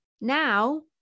now